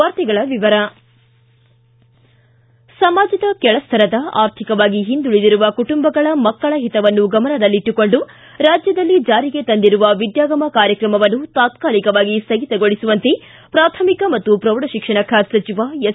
ವಾರ್ತೆಗಳ ವಿವರ ಸಮಾಜದ ಕೆಳಸ್ವರದ ಆರ್ಥಿಕವಾಗಿ ಹಿಂದುಳಿದಿರುವ ಕುಟುಂಬಗಳ ಮಕ್ಕಳ ಹಿತವನ್ನು ಗಮನದಲ್ಲಿಟ್ಟುಕೊಂಡು ರಾಜ್ಯದಲ್ಲಿ ಜಾರಿಗೆ ತಂದಿರುವ ವಿದ್ಯಾಗಮ ಕಾರ್ಯಕ್ರಮವನ್ನು ತಾತ್ಕಲಿಕವಾಗಿ ಸ್ಥಗಿತಗೊಳಿಸುವಂತೆ ಪ್ರಾಥಮಿಕ ಮತ್ತು ಪ್ರೌಢಶಿಕ್ಷಣ ಖಾತೆ ಸಚಿವ ಎಸ್